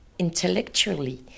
intellectually